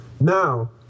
Now